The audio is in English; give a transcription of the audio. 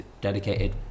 dedicated